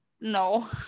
no